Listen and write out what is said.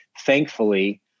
Thankfully